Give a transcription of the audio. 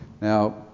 Now